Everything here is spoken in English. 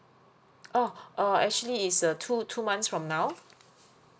oh oh actually is uh two two months from now